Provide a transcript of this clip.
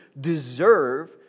deserve